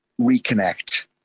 reconnect